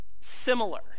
Similar